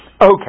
Okay